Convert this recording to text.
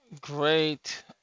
great